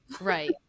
right